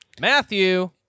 Matthew